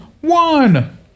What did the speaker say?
one